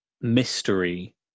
mystery